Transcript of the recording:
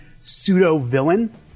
pseudo-villain